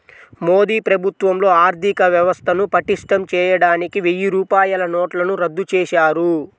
మోదీ ప్రభుత్వంలో ఆర్ధికవ్యవస్థను పటిష్టం చేయడానికి వెయ్యి రూపాయల నోట్లను రద్దు చేశారు